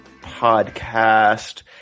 podcast –